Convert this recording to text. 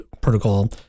Protocol